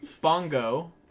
Bongo